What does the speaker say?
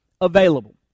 available